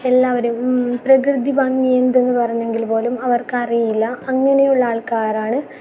എല്ലാവരും പ്രകൃതി ഭംഗി എന്താണെന്ന് പറഞ്ഞെങ്കിൽ പോലും അവർക്ക് അറിയില്ല അങ്ങനെയുള്ള ആൾക്കാരാണ്